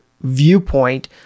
viewpoint